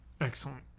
Excellent